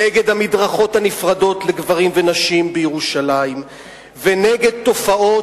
נגד המדרכות הנפרדות לגברים ונשים בירושלים ונגד תופעות